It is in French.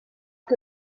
que